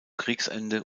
kriegsende